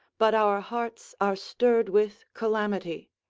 but our hearts are stirred with calamity.